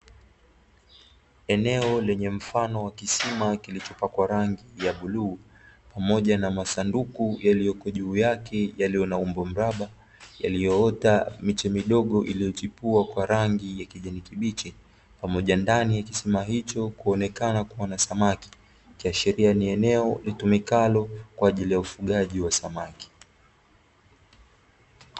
Eneo lenye mfano wa kisima kilichopakwa rangi ya bluu pamoja na masanduku yaliyoko juu yake ya umbo la mraba, yalioota miche midogo iliyochipua kwa rangi ya kijani kibichi pamoja ndani ya kisima hicho kuonekana kuwa na samaki likiashiria ni eneo litumikalo kwa ajili ya ufugaji wa samaki.